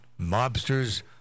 mobsters